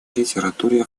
литературе